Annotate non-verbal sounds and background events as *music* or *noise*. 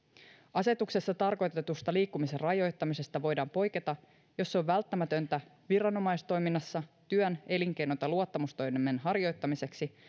asetuksessa tarkoitetusta liikkumisen rajoittamisesta voidaan poiketa jos se on välttämätöntä viranomaistoiminnassa työn elinkeinon tai luottamustoimen harjoittamiseksi *unintelligible*